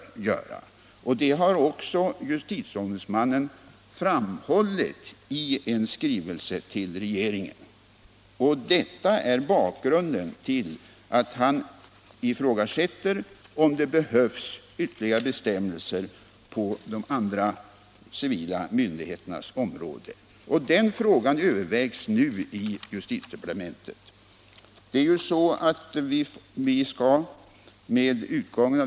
Detta har också justitieombudsmannen framhållit i en skrivelse till regeringen, och det är bakgrunden till att han ifrågasätter om det behövs ytterligare bestämmelser på de andra civila myndigheternas område. Denna fråga övervägs nu i justitiedepartementet. förordningen.